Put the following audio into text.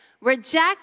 Reject